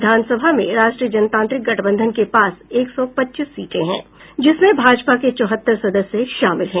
विधानसभा में राष्ट्रीय जनतांत्रिक गठबंधन के पास एक सौ पच्चीस सीटें हैं जिसमें भाजपा के चौहत्तर सदस्य शामिल हैं